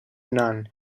none